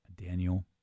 Daniel